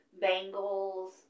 bangles